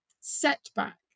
Setback